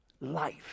life